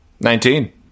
Nineteen